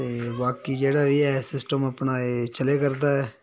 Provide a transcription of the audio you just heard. ते बाकी जेह्ड़ा बी ऐ सिस्टम अपना एह् चला करदा ऐ